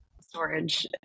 storage